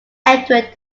edward